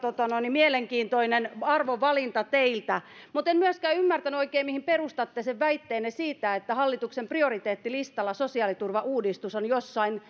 mielenkiintoinen arvovalinta teiltä mutta en myöskään oikein ymmärtänyt mihin perustatte sen väitteenne siitä että hallituksen prioriteettilistalla sosiaaliturvauudistus on jossain